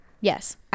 yes